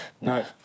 no